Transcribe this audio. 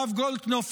הרב גולדקנופ,